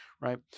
right